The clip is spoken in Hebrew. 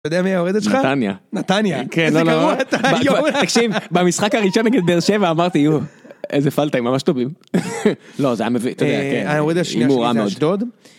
אתה יודע מי העובדת שלך? נתניה. נתניה... כן לא לא... איזה גרוע אתה יו... תקשיב במשחק הראשון נגיד באר שבע אמרתי יו איזה פלטה הם ממש טובים. לא זה היה מביך אתה יודע כן, הימור רע מאוד, העובדת השנייה היא אשדוד.